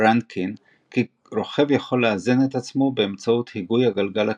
רנקין כי רוכב יכול לאזן את עצמו באמצעות היגוי הגלגל הקדמי,